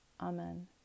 Amen